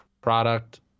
product